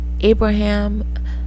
Abraham